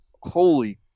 holy